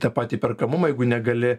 tą pati perkamumą jeigu negali